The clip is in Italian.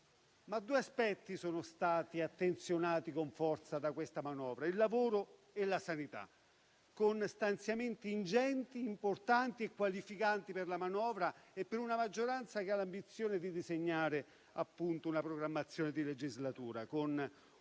Due aspetti sono stati attenzionati con forza da questa manovra: il lavoro e la sanità, con stanziamenti ingenti, importanti e qualificanti da parte di una maggioranza che ha l'ambizione di disegnare una programmazione di legislatura, con un taglio del